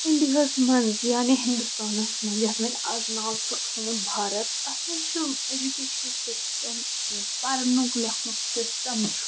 اِنڈیاہس منٛز یعنے ہنٛدستانَس منٛز یَتھ وۄنۍ آز ناو چھُکھ تھوٚومُت بھارَت اَتھ منٛز چھُ اٮ۪جوکیشَن سِسٹَم یُس پرنُک لیکھنُک سِسٹَم چھُ